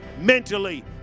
mentally